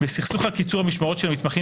בסכסוך על קיצור המשמרות של המתמחים